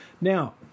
Now